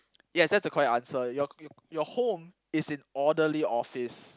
yes that's the correct answer your your your home is in orderly office